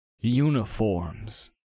Uniforms